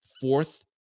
fourth